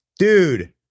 Dude